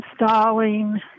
installing